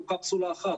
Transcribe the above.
הוא קפסולה אחת,